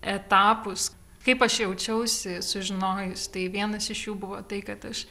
etapus kaip aš jaučiausi sužinojus tai vienas iš jų buvo tai kad aš